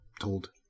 told